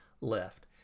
left